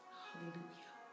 hallelujah